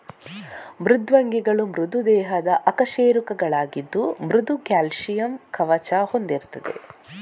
ಮೃದ್ವಂಗಿಗಳು ಮೃದು ದೇಹದ ಅಕಶೇರುಕಗಳಾಗಿದ್ದು ಮೃದು ಕ್ಯಾಲ್ಸಿಯಂ ಕವಚ ಹೊಂದಿರ್ತದೆ